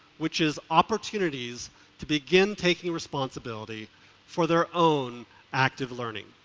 which is opportunities to begin taking responsibility for their own active learning.